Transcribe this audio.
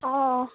অঁ অঁ